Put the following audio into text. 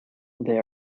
they